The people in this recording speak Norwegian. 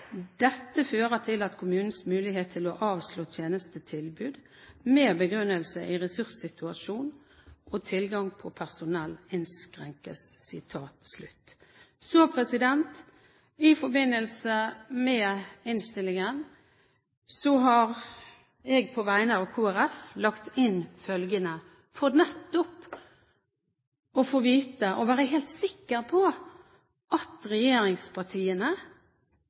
Dette fører til at kommunens mulighet til å avslå tjenestetilbud med begrunnelse i ressurssituasjon og tilgang på personell innskrenkes.» I forbindelse med innstillingen har jeg på vegne av Kristelig Folkeparti lagt inn følgende, for nettopp å få vite – være helt sikker på – at regjeringspartiene